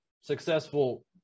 successful